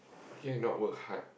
okay not work hard